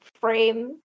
frame